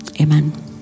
amen